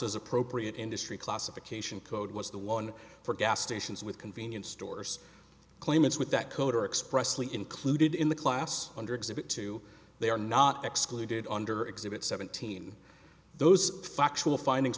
mouse's appropriate industry classification code was the one for gas stations with convenience stores claimants with that code are expressly included in the class under exhibit two they are not excluded under exhibit seventeen those factual findings